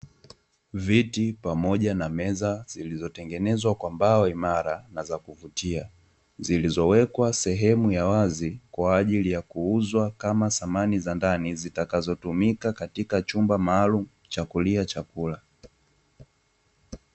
Viti pamoja na meza zilizotengenezwa kwa mbao imara na za kuvutia, Zilizowekwa sehemu ya wazi kwaajili ya kuuzwa kama samani za ndani zitakazotumika katika chumba maalumu cha kulia chakula.